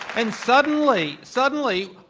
and suddenly, suddenly,